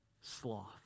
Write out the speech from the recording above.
sloth